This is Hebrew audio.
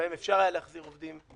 שבהם אפשר היה להחזיר עובדים.